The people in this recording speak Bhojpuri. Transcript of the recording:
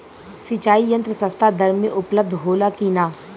सिंचाई यंत्र सस्ता दर में उपलब्ध होला कि न?